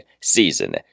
season